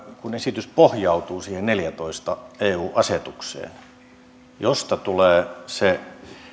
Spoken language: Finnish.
kun esitys pohjautuu siihen eu asetukseen vuodelta kaksituhattaneljätoista josta tulee se